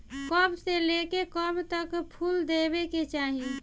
कब से लेके कब तक फुल देवे के चाही?